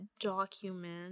document